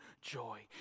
joy